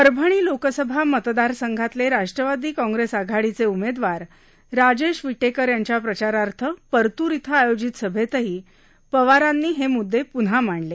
परअणी लोकसभा मतदारसंघातले राष्ट्रवादी कॉग्रेस आघाडीचे उमेदवार राजेश विटेकर यांच्या प्रचारार्थ परतुर इथं आयोजित सभैतही पवारांनी हे मुददे पुन्हा मांडले